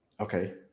Okay